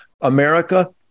America